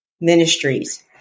Ministries